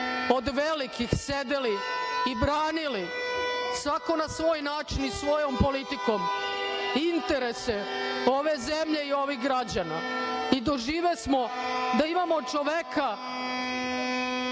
od velikih sedeli i branili, svako na svoj način i svojom politikom, interese ove zemlje i ovih građana. Doživesmo da imamo čoveka,